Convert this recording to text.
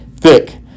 Thick